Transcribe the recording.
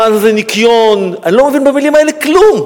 מה זה "ניכיון" אני לא מבין במלים האלה כלום.